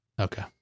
Okay